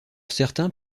certains